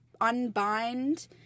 unbind